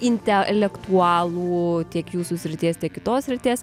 intelektualų tiek jūsų srities tiek kitos srities